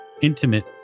intimate